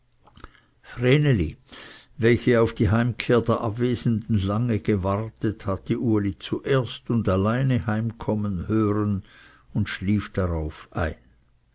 welches auf die heimkehr der abwesenden bange gewartet hatte uli zuerst und alleine heimkommen hören und schlief darauf ein